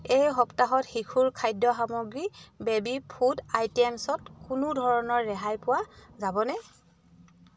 এই সপ্তাহত শিশুৰ খাদ্য সামগ্ৰীত বেবী ফুড আইটেমছ্ত কোনো ধৰণৰ ৰেহাই পোৱা যাবনে